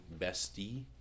bestie